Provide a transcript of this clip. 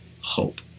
hope